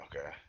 Okay